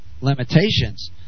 limitations